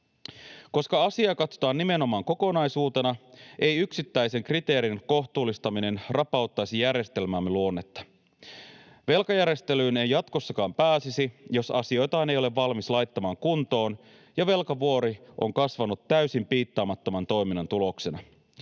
Koska asiaa katsotaan nimenomaan kokonaisuutena, ei yksittäisen kriteerin kohtuullistaminen rapauttaisi järjestelmämme luonnetta. Velkajärjestelyyn ei jatkossakaan pääsisi, jos asioitaan ei ole valmis laittamaan kuntoon ja velkavuori on kasvanut täysin piittaamattoman toiminnan tuloksena.